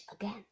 again